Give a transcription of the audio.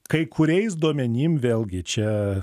kai kuriais duomenim vėlgi čia